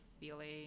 feeling